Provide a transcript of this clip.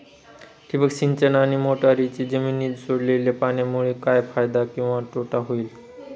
ठिबक सिंचन आणि मोटरीने जमिनीत सोडलेल्या पाण्यामुळे काय फायदा किंवा तोटा होईल?